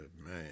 man